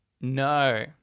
No